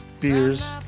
beers